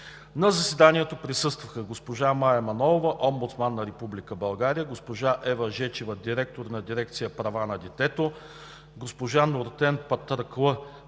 На заседанието присъстваха: госпожа Мая Манолова – омбудсман на Република България, госпожа Ева Жечева – директор на дирекция „Права на детето“, госпожа Нуртен Патраклъ